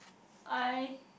I